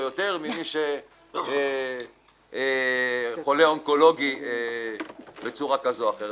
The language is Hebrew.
יותר ממי שהוא חולה אונקולוגי בצורה כזו או אחרת.